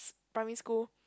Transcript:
primary school